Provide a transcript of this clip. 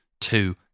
Two